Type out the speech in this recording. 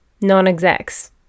non-execs